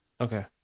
Okay